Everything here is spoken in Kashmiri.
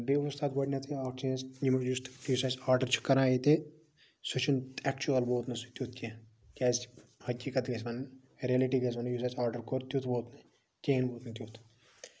بیٚیہِ اوس تَتھ گۄڈٕنیتھے اکھ چیٖز ییٚمیُک یُس تہِ چیٖز اسہِ آڈر چھِ کران ییٚتہِ سُہ چھُنہٕ اٮ۪کچُوَل ووت نہٕ سُہ تیُتھ کیٚنہہ کیازِ کہِ حٔقیٖقت گژھِ وَنٕنۍ ریلٹی گژھِ وَنٕنۍ یُتھ اَسہِ آڈر کوٚر تیُتھ ووت نہٕ کِہیٖنۍ ووت نہٕ تیُتھ